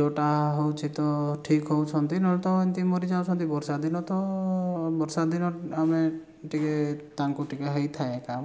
ଯେଉଁଟା ହେଉଛି ତ ଠିକ୍ ହେଉଛନ୍ତି ନହେଲେ ତ ମରିଯାଉଛନ୍ତି ବର୍ଷା ଦିନ ତ ବର୍ଷା ଦିନ ଆମେ ଟିକିଏ ତାଙ୍କୁ ଟିକିଏ ହେଇଥାଏ ଏକା